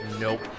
Nope